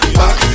back